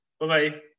Bye-bye